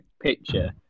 picture